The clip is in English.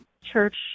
church